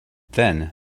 then